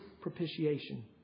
propitiation